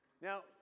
Now